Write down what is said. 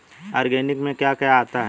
Organic में क्या क्या आता है?